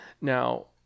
Now